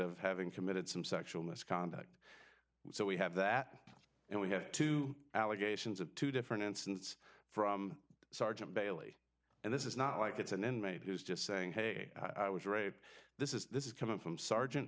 of having committed some sexual misconduct so we have that and we have two allegations of two different incidents from sergeant bailey and this is not like it's an inmate who's just saying hey i was raped this is this is coming from sergeant